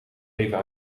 even